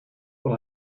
but